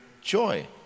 joy